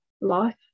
life